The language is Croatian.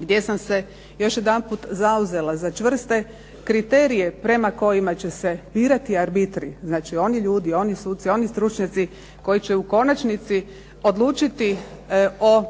gdje sam se još jedanput zauzela za čvrste kriterije prema kojima će se birati arbitri, znači oni ljudi, oni suci, oni stručnjaci koji će u konačnici odlučiti o